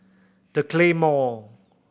The Claymore